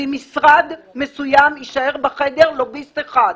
ממשרד מסוים יישאר בחדר לוביסט אחד.